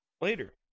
later